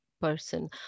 person